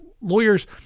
lawyers